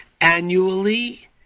Annually